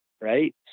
Right